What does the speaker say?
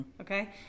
Okay